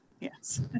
yes